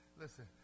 listen